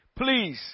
Please